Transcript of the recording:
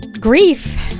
grief